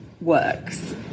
works